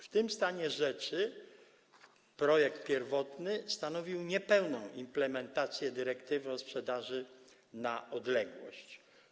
W tym stanie rzeczy projekt pierwotny stanowił niepełną implementację dyrektywy o sprzedaży na odległość.